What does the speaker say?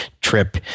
trip